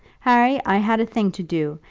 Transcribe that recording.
harry, i had a thing to do,